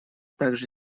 также